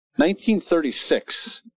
1936